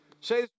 Say